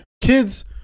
Kids